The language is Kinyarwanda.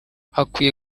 hakwiye